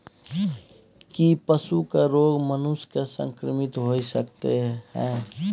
की पशुओं के रोग मनुष्य के संक्रमित होय सकते है?